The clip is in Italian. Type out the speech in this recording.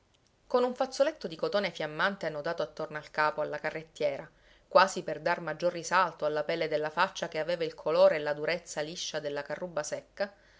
con un fazzoletto di cotone fiammante annodato attorno al capo alla carrettiera quasi per dare maggior risalto alla pelle della faccia che aveva il colore e la durezza liscia della carruba secca